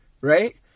right